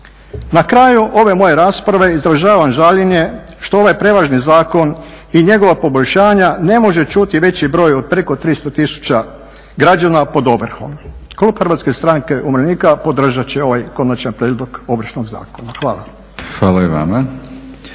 Na kraju ove moje rasprave izražavam žaljenje što ovaj prevažni zakon i njegova poboljšanja ne može čuti veći broj od preko 300 tisuća građana pod ovrhom. Klub HSU-a podržati ovaj Konačan prijedlog Ovršnog zakona. Hvala. **Batinić,